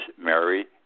Mary